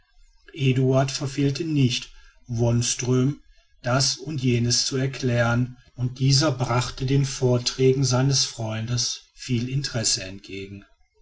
eduard verfehlte nicht wonström das und jenes zu erklären und dieser brachte den vorträgen seines freundes viel interesse entgegen